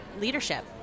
leadership